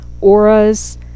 auras